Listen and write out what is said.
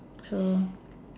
so